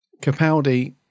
Capaldi